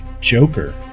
joker